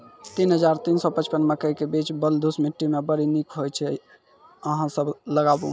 तीन हज़ार तीन सौ पचपन मकई के बीज बलधुस मिट्टी मे बड़ी निक होई छै अहाँ सब लगाबु?